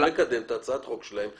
כנסת צריכים לקדם את הצעת החוק שלהם.